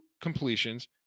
completions